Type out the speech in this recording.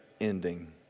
ending